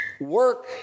work